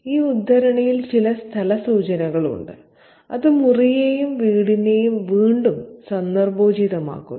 ഈ ഉദ്ധരണിയിൽ ചില സ്ഥലസൂചനകളുണ്ട് അത് മുറിയെയും വീടിനെയും വീണ്ടും സന്ദർഭോചിതമാക്കുന്നു